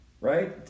right